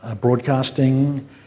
broadcasting